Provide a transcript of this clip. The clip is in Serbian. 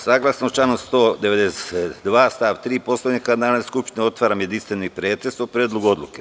Saglasno članu 192. stav 3. Poslovnika Narodne skupštine, otvaram jedinstveni pretres o Predlogu odluke.